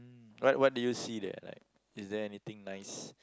mm what what did you see there like is there anything nice